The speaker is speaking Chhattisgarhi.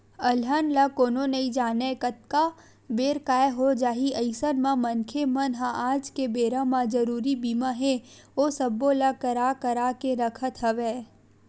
अलहन ल कोनो नइ जानय कतका बेर काय हो जाही अइसन म मनखे मन ह आज के बेरा म जरुरी बीमा हे ओ सब्बो ल करा करा के रखत हवय